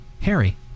Harry